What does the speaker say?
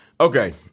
Okay